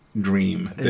dream